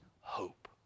hope